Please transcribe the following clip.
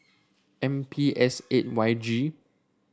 M P S eight Y G